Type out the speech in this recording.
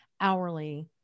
hourly